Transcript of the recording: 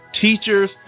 teachers